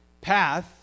path